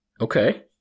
Okay